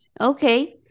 okay